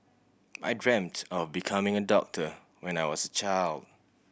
I dreamt of becoming a doctor when I was a child